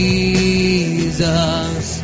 Jesus